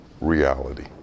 reality